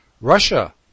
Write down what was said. Russia